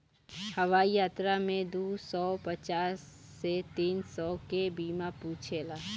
हवाई यात्रा में दू सौ पचास से तीन सौ के बीमा पूछेला